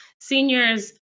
seniors